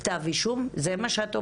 כתבי אישום, זה מה שאת אומרת?